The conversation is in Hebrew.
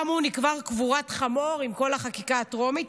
גם הוא נקבר קבורת חמור עם כל החקיקה הטרומית.